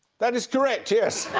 that is correct. yes.